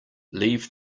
leave